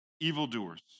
evildoers